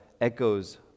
echoes